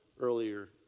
earlier